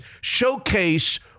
showcase